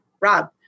Rob